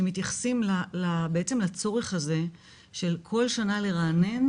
שמתייחסים בעצם לצורך הזה של כל שנה לרענן